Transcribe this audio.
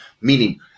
meaning